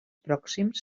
pròxims